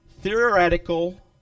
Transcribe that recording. theoretical